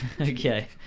Okay